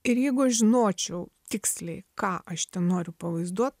ir jeigu aš žinočiau tiksliai ką aš ten noriu pavaizduot